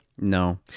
No